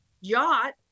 yacht